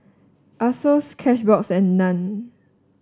Asos Cashbox and Nan